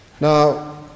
Now